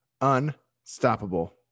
Unstoppable